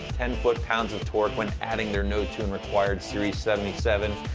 ten foot-pounds of torque when adding their no-tune required series seventy seven,